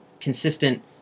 consistent